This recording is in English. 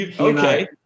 okay